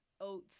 oats